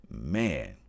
Man